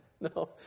no